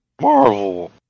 Marvel